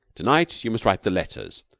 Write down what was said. to-night you must write the letters.